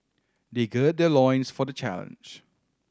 they gird their loins for the challenge